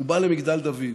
הוא בא למגדל דוד.